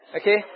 okay